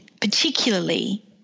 particularly